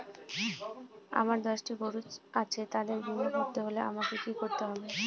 আমার দশটি গরু আছে তাদের বীমা করতে হলে আমাকে কি করতে হবে?